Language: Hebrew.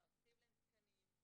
להרחיב להם תקנים,